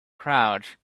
crowd